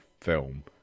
film